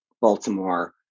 Baltimore